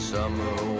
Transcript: Summer